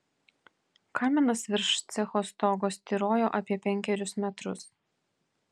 kaminas virš cecho stogo styrojo apie penkerius metrus